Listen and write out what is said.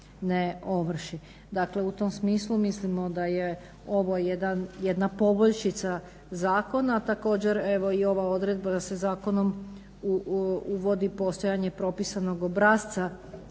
ne ovrši. Dakle, u tom smislu mislimo da je ovo jedna poboljšica zakona, također i ova odredba da se zakonom uvodi postojanje propisanog obrasca